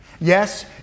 Yes